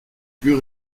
plus